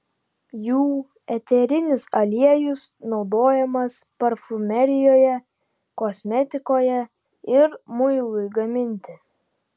jų eterinis aliejus naudojamas parfumerijoje kosmetikoje ir muilui gaminti